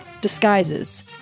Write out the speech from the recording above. disguises